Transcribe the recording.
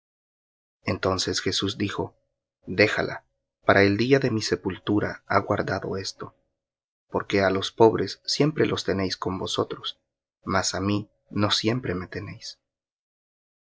entonces jesús dijo déjala para el día de mi sepultura ha guardado esto porque á los pobres siempre los tenéis con vosotros mas á mí no siempre me tenéis